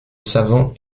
savant